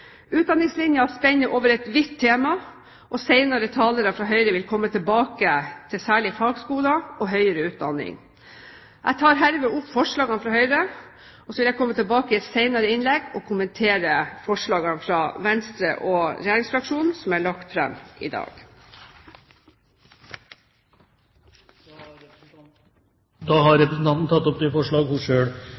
Utdanningslinja spenner over et vidt tema, og senere talere fra Høyre vil komme tilbake til særlig fagskoler og høyere utdanning. Jeg tar herved opp forslagene fra Høyre. Så vil jeg komme tilbake i et senere innlegg og kommentere forslagene fra Venstre og regjeringsfraksjonen som er lagt fram i dag. Representanten Elisabeth Aspaker har tatt opp de forslagene hun